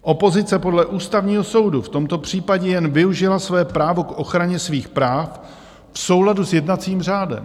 Opozice podle Ústavního soudu v tomto případě jen využila svoje právo k ochraně svých práv v souladu s jednacím řádem.